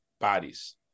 bodies